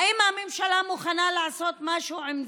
האם הממשלה מוכנה לעשות משהו עם זה?